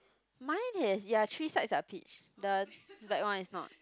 mine is ya three sides are peach the black one is not